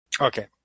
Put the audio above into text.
Okay